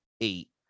eight